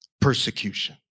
Persecution